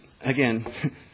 again